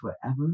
forever